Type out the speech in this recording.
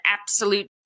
absolute